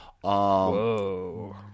Whoa